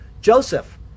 Joseph